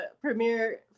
premier